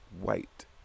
white